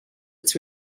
its